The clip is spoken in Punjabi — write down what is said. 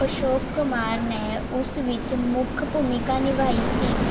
ਅਸ਼ੋਕ ਕੁਮਾਰ ਨੇ ਉਸ ਵਿੱਚ ਮੁੱਖ ਭੂਮਿਕਾ ਨਿਭਾਈ ਸੀ